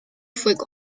fuego